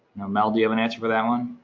mel do you have an answer for that one?